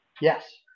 yes